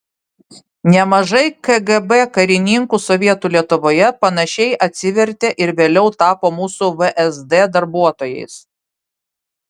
nemažai kgb karininkų sovietų lietuvoje panašiai atsivertė ir vėliau tapo mūsų vsd darbuotojais